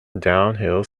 downhill